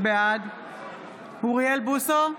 בעד אוריאל בוסו,